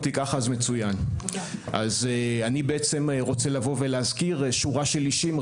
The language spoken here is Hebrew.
אני בעצם רוצה לבוא ולהזכיר שורה של אישים,